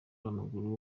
w’amaguru